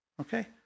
Okay